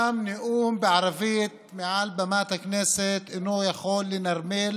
גם נאום בערבית מעל במת הכנסת אינו יכול לנרמל